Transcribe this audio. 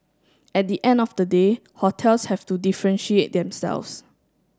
at the end of the day hotels have to differentiate themselves